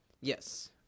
Yes